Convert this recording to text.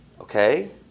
Okay